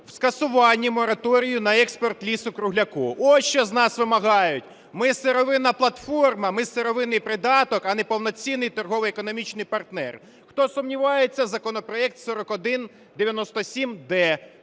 скасуванні мораторію на експорт лісу-кругляку, ось що з нас вимагають. Ми – сировинна платформа, ми – сировинний придаток, а не повноцінний торгово-економічний партнер. Хто сумнівається, законопроект 4197-д